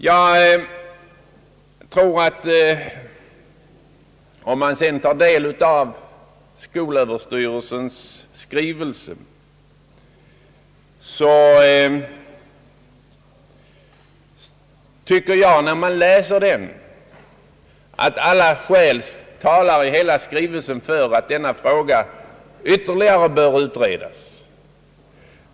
Jag tycker att alla skäl som anförs i skolöverstyrelsens skrivelse talar för att denna fråga bör utredas ytterligare.